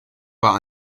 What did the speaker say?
wäre